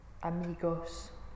amigos